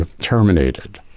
terminated